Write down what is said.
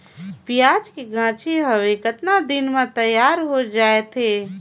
पियाज के गाछी हवे कतना दिन म तैयार हों जा थे?